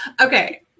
okay